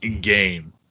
game